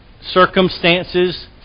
circumstances